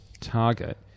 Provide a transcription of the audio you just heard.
target